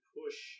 push